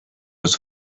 was